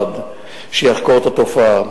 מיוחד שיחקור את התופעה.